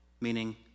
meaning